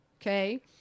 okay